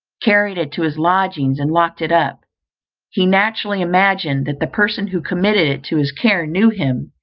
carried it to his lodgings, and locked it up he naturally imagined, that the person who committed it to his care knew him,